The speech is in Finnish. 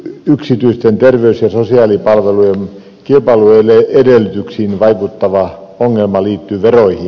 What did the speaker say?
yksityisten terveys ja sosiaalipalvelujen kilpailuedellytyksiin vaikuttava ongelma liittyy veroihin